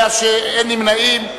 אין נמנעים.